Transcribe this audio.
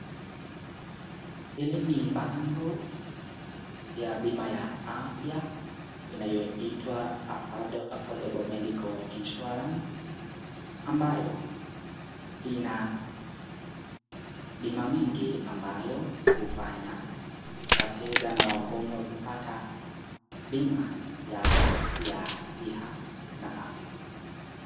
Hili ni bango ya bima ya afya inayoitwa (cs)Affordable (cs) Medical(cs) Insurance(cs) ambayo ina bima mingi ambayo hufanya wateja na wagonjwa kupata bima yao ya siha na afya.